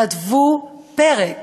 כתבו פרק